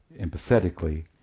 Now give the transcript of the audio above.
empathetically